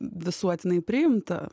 visuotinai priimta